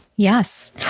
Yes